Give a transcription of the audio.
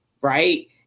Right